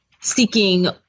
seeking